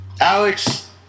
Alex